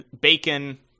bacon